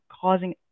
causing